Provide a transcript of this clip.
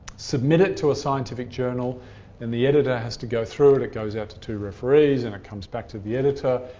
submit it to a scientific journal and the editor has to go through it. it goes out to two referees and it comes back to the editor,